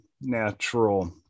natural